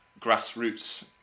grassroots